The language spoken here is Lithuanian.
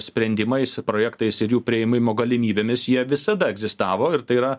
sprendimais projektais ir jų priėmimo galimybėmis jie visada egzistavo ir tai yra